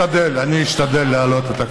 אשתדל להעלות את הקול.